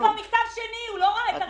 זה כבר מכתב שני, הוא לא ראה את הראשון.